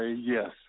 Yes